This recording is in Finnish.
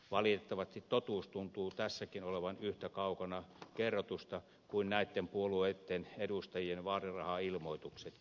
valitettavasti totuus tuntuu tässäkin olevan yhtä kaukana kerrotusta kuin näitten puolueitten edustajien vaalirahailmoituksetkin